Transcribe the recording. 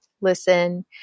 Listen